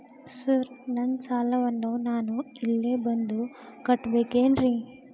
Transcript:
Sir ನನ್ನ ಸಾಲವನ್ನು ನಾನು ಇಲ್ಲೇ ಬಂದು ಕಟ್ಟಬೇಕೇನ್ರಿ?